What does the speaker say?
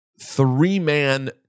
three-man